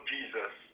Jesus